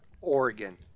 Oregon